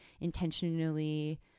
intentionally